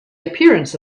appearance